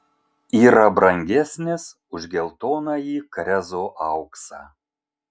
yra brangesnis už geltonąjį krezo auksą